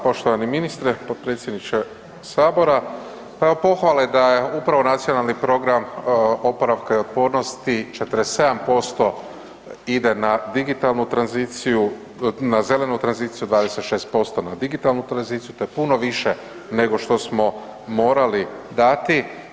Poštovani ministre, potpredsjedniče sabora, pa evo pohvale da je upravo Nacionalni program oporavka i otpornosti 47% ide na digitalnu tranziciju, na zelenu tranziciju, 26% na digitalnu tranziciju to je puno više nego što smo morali dati.